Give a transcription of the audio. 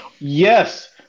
Yes